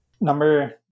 Number